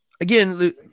Again